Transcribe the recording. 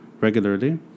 regularly